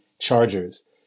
chargers